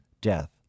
death